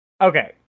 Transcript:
Okay